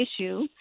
issue